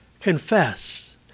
Confess